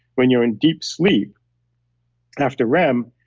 when you're in deep sleep after rem,